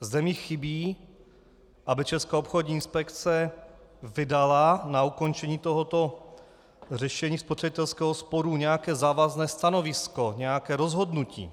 Zde mi chybí, aby Česká obchodní inspekce vydala na ukončení tohoto řešení spotřebitelského sporu nějaké závazné stanovisko, nějaké rozhodnutí.